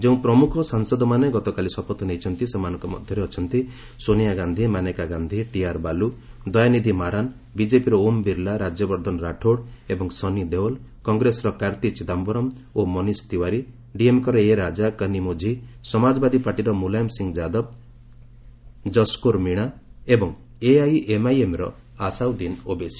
ଯେଉଁ ପ୍ରମୁଖ ସାଂସଦମାନେ ଗତକାଲି ଶପଥ ନେଇଛନ୍ତି ସେମାନଙ୍କ ମଧ୍ୟରେ ଅଛନ୍ତି ସୋନିଆ ଗାନ୍ଧି ମାନେକା ଗାନ୍ଧି ଟିଆର୍ ବାଲୁ ଦୟାନିଧି ମାରାନ୍ ବିଜେପିର ଓମ୍ ବିର୍ଲା ରାଜ୍ୟବର୍ଦ୍ଧନ ରାଠୋଡ୍ ଏବଂ ସନି ଦେଓଲ୍ କଂଗ୍ରେସର କାର୍ତ୍ତୀ ଚିଦାମ୍ଘରମ୍ ଓ ମନିଶ ତିୱାର ଡିଏମ୍କେର ଏରାକା ଓ କାନୀ ମୋଝି ସମାଜବାଦୀ ପାର୍ଟିର ମୁଲାୟମ ସିଂହ ଯାଦବ ଜସ୍କୋର ମିଣା ଏବଂ ଏଆଇଏମ୍ଆଇଏମ୍ର ଅସାଦୁଦ୍ଦିନ୍ ଓବେସି